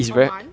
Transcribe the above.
a month